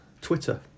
Twitter